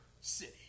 city